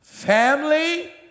family